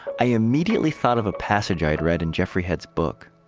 i immediately thought of a passage i had read in jeffrey head's book.